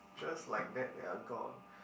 just like that they are gone